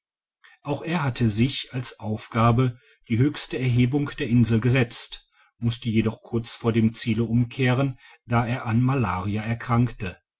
auch er hatte sich als aufgabe die höchste erhebung der insel gesetzt musste jedoch kurz vor dem ziele umkehren da er an malaria erkrankte